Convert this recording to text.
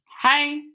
Hi